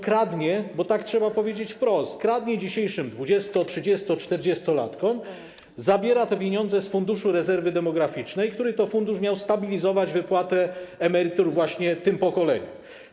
Kradnie, bo tak trzeba powiedzieć wprost, kradnie dzisiejszym dwudziesto-, trzydziesto-, czterdziestolatkom, zabiera te pieniądze z Funduszu Rezerwy Demograficznej, który to fundusz miał stabilizować wypłatę emerytur właśnie tym pokoleniom.